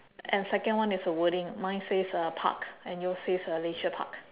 and second one is a wording mine says a park and yours says a leisure park